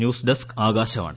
news desk Akashvani